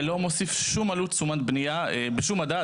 זה לא מוסיף שום עלות תשומת בנייה בשום מדד,